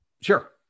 Sure